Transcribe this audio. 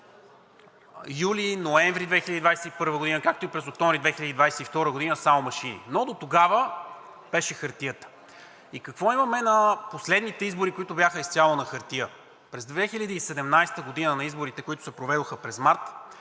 юли, ноември 2021 г., както и през октомври 2022 г. само машини, но дотогава беше хартията. И какво имаме на последните избори, които бяха изцяло на хартия? През 2017 г. на изборите, които се проведоха през март,